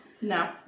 No